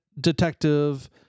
Detective